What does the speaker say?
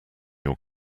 your